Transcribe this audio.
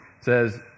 says